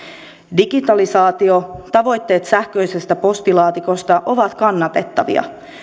digitalisaatio tavoitteet sähköisestä postilaatikosta ovat kannatettavia